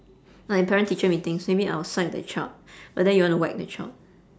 like in parent teacher meetings maybe I will side the child but then you wanna whack the child